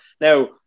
Now